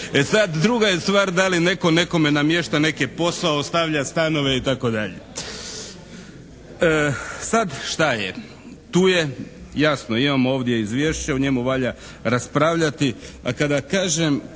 E sad, druga je stvar da li netko nekome namješta neke posao, ostavlja stanove itd. Sad šta je? Tu je jasno, imamo ovdje izvješće. O njemu valja raspravljati a kada kažem